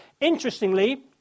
Interestingly